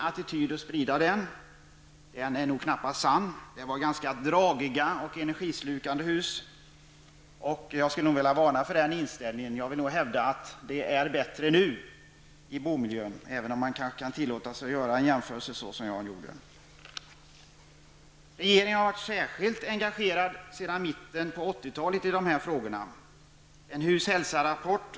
Det ligger knappast någon sanning i detta med att det skulle vara bättre förr. Husen var ju ganska dragiga och energislukande förr. Jag skulle nog vilja varna för den inställning som här har kommit till uttryck. I stället hävdar jag att bomiljön är bättre nu än den var tidigare. Men för den skull kan man ju tillåta sig att göra en jämförelse av det slag som Jan Strömdahl här har gjort. Regeringen har sedan mitten av 80-talet visat de här frågorna ett särskilt engagemang.